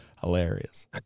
Hilarious